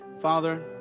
Father